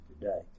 today